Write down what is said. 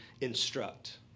instruct